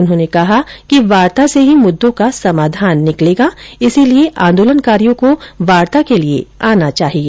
उन्होंने कहा कि वार्ता से ही मुद्दों का समाधान निकलेगा इसलिए आंदोलनकारियों को वार्ता के लिए आना चाहिए